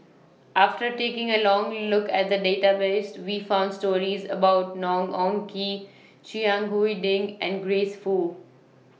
after taking A Long Look At The Database We found stories about Ng Eng Kee Chiang Ding and Grace Fu